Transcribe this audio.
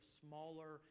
smaller